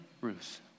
Ruth